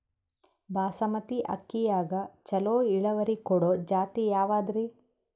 ಬಾಸಮತಿ ಅಕ್ಕಿಯಾಗ ಚಲೋ ಇಳುವರಿ ಕೊಡೊ ಜಾತಿ ಯಾವಾದ್ರಿ?